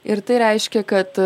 ir tai reiškia kad